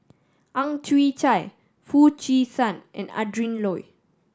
Ang Chwee Chai Foo Chee San and Adrin Loi